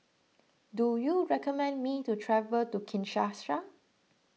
do you recommend me to travel to Kinshasa